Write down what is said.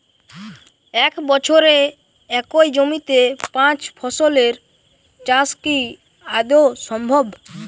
এক বছরে একই জমিতে পাঁচ ফসলের চাষ কি আদৌ সম্ভব?